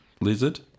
lizard